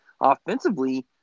offensively